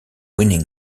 winning